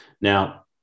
Now